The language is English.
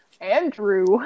Andrew